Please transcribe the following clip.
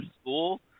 school